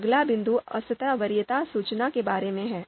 अगला बिंदु असतत वरीयता सूचना के बारे में है